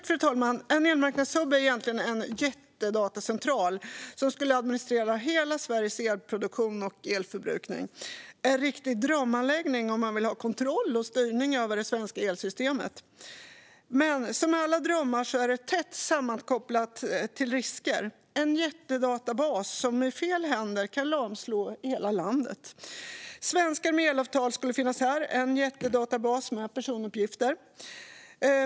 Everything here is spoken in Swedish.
Fru talman! En elmarknadshubb är egentligen en jättedatacentral som skulle administrera hela Sveriges elproduktion och elförbrukning. Det är en riktig drömanläggning om man vill kontrollera och styra över det svenska elsystemet, men som i alla drömmar är den tätt sammankopplad med risker. En jättedatabas kan i fel händer lamslå hela landet. Svenskar som innehar elavtal skulle finnas med. Det skulle vara en jättedatabas med personuppgifter.